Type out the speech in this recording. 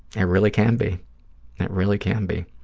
it really can be. it really can be.